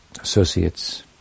associates